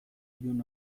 ilun